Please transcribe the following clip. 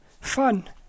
fun